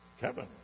Kevin